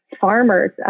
farmers